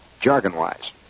jargon-wise